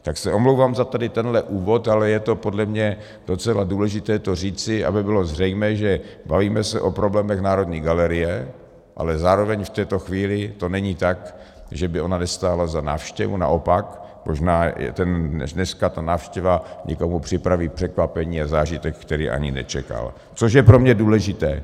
Tak se omlouvám za tenhle úvod, ale je to podle mě docela důležité říci, aby bylo zřejmé, že se bavíme o problémech Národní galerie, ale zároveň v této chvíli to není tak, že by ona nestála za návštěvu, naopak, možná dneska ta návštěva někomu připraví překvapení a zážitek, který ani nečekal což je pro mě důležité.